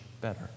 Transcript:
better